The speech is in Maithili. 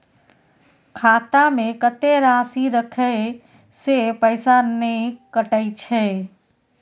खाता में कत्ते राशि रखे से पैसा ने कटै छै?